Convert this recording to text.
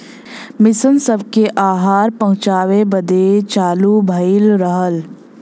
mission सबके आहार पहुचाए बदे चालू भइल रहल